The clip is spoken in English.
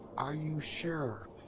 are you sure?